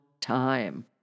time